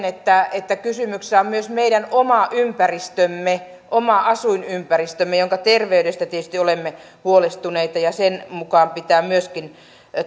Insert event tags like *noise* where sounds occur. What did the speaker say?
*unintelligible* että että kysymyksessä on myös meidän oma ympäristömme oma asuinympäristömme jonka terveydestä tietysti olemme huolestuneita ja sen mukaan pitää myöskin